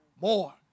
more